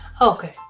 Okay